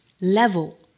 level